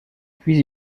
puis